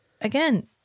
Again